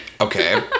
Okay